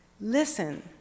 Listen